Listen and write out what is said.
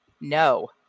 No